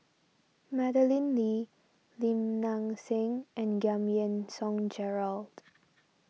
Madeleine Lee Lim Nang Seng and Giam Yean Song Gerald